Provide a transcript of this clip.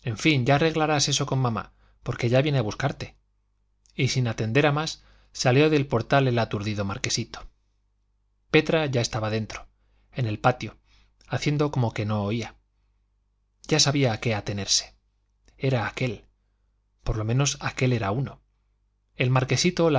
en fin ya arreglarás eso con mamá porque ella viene a buscarte y sin atender a más salió del portal el aturdido marquesito petra ya estaba dentro en el patio haciendo como que no oía ya sabía a qué atenerse era aquel por lo menos aquel era uno el marquesito